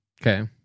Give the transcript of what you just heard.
Okay